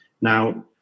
Now